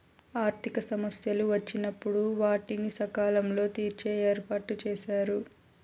ఆర్థిక సమస్యలు వచ్చినప్పుడు వాటిని సకాలంలో తీర్చే ఏర్పాటుచేశారు